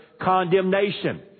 condemnation